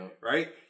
right